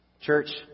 Church